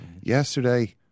Yesterday